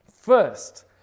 First